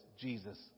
Jesus